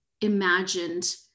imagined